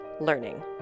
learning